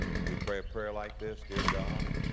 would you pray a pray like this? dear god,